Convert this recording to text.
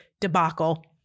debacle